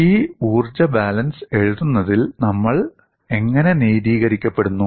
ഈ ഊർജ്ജ ബാലൻസ് എഴുതുന്നതിൽ നമ്മൾ എങ്ങനെ നീതീകരിക്കപ്പെടുന്നു